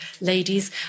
ladies